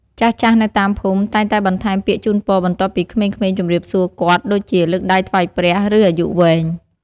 ចាស់ៗនៅតាមភូមិ តែងតែបន្ថែមពាក្យជូនពរបន្ទាប់ពីក្មេងៗជំរាបសួរគាត់ ដូចជា លើកដៃថ្វាយព្រះ ឬ អាយុវែង។